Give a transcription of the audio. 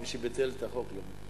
מי שביטל את החוק לא מבין.